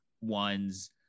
ones